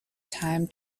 time